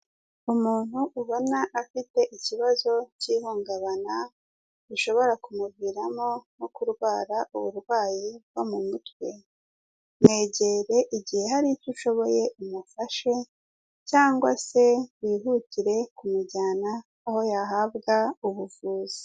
Umuntu ubona afite ikibazo cy'ihungabana, bishobora kumuviramo nko kurwara uburwayi bwo mu mutwe, mwegere igihe hari icyo ushoboye umufashe cyangwa se wihutire kumujyana aho yahabwa ubuvuzi.